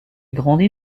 grandit